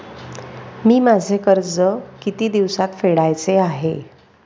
मी माझे कर्ज किती दिवसांत फेडायचे आहे?